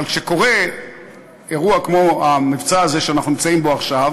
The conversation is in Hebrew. אבל כשקורה אירוע כמו המבצע הזה שאנחנו נמצאים בו עכשיו,